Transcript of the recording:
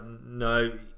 no